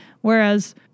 Whereas